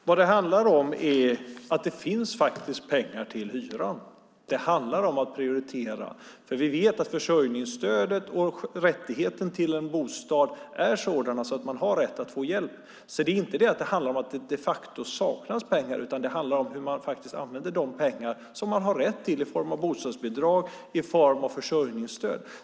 Herr talman! Vad det handlar om är att det faktiskt finns pengar till hyran. Det handlar om att prioritera. Vi vet att försörjningsstödet och rätten till en bostad är sådana att man har rätt att få hjälp. Det handlar alltså inte om att det de facto saknas pengar, utan det handlar om hur man faktiskt använder de pengar som man har rätt till i form av bostadsbidrag och försörjningsstöd.